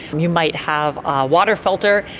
you might have a water filter.